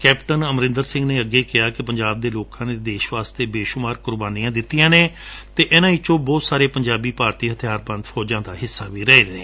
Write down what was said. captain Amarinder Singh ਨੇ ਅਗੇ ਕਿਹਾ ਕਿ ਪੰਜਾਬ ਦੇ ਲੋਕਾਂ ਨੇ ਦੇਸ਼ ਵਾਸਤੇ ਬੇਸੁਮਾਰ ਕੁਰਬਾਨੀਆਂ ਦਿੱਤੀਆਂ ਨੇ ਅਤੇ ਇਨ੍ਹਾਂ ਵਿਚੋਂ ਬਹੁਤ ਸਾਰੇ ਪੰਜਾਬੀ ਭਾਰਤੀ ਹਬਿਆਰਬੰਦ ਫੌਜਾਂ ਦਾ ਹਿੱਸਾ ਵੀ ਰਹੇ ਨੇ